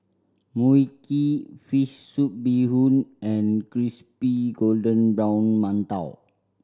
Mui Kee fish soup bee hoon and crispy golden brown mantou